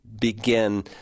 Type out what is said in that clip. begin